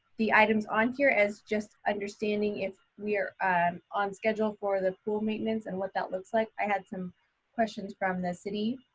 the items on here as just understanding if we are on schedule for the pool maintenance and what that looks like i had some questions from the city.